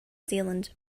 zealand